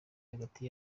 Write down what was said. hagati